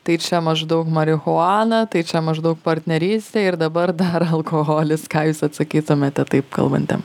tai čia maždaug marihuana tai čia maždaug partnerystė ir dabar dar alkoholis ką jūs atsakytumėte taip kalbantiem